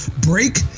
break